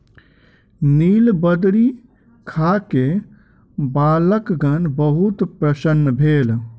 नीलबदरी खा के बालकगण बहुत प्रसन्न भेल